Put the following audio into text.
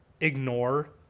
ignore